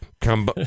come